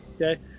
Okay